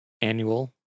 annual